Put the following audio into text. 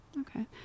Okay